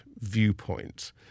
viewpoint